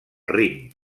rin